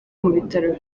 mubitaro